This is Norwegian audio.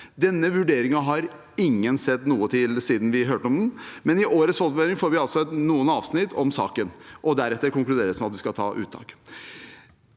Denne vurderingen har ingen sett noe til siden vi hørte om den, men i årets fondsmelding får vi noen avsnitt om saken. Deretter konkluderes det med at det skal tas uttak.